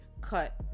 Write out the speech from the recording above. cut